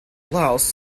allows